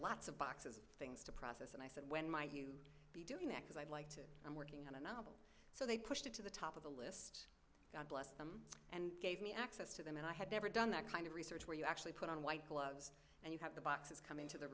lots of boxes of things to process and i said when might you be doing that because i like working on a novel so they pushed it to the top of the list god bless them and gave me access to them and i had never done that kind of research where you actually put on white gloves and you have the boxes come in so th